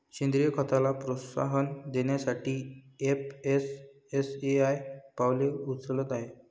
सेंद्रीय खताला प्रोत्साहन देण्यासाठी एफ.एस.एस.ए.आय पावले उचलत आहे